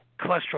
cholesterol